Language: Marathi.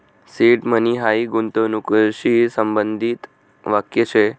सीड मनी हायी गूंतवणूकशी संबंधित वाक्य शे